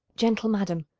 gentle madam,